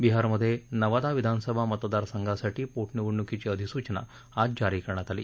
बिहारमध्ये नवादा विधानसभा मतदारसंघासाठी पोटनिवडणुकीची अधिसूचना आज जारी करण्यात आली